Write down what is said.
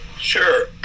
Sure